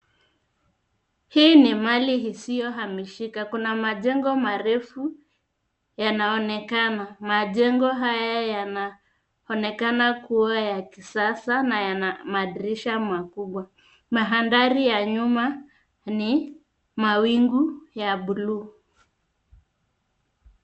Hii ni mali isiyohamishika. Kuna majengo marefu yanayoonekana. Majengo haya yanaonekana kuwa ya kisasa na yana madirisha makubwa. Maandhari ya nyuma ni mawingu ya buluu.